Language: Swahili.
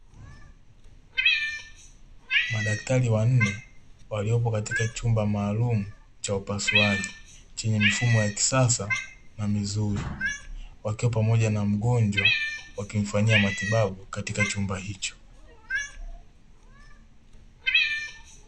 Madaktari wanne waliopo katika chumba maalumu cha upasuaji chenye mifumo ya kisasa na mizuri, wakiwa pamoja na mgonjwa wakimfanyia matibabu katika chumba hicho.